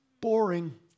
Boring